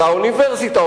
אותה אוניברסיטה,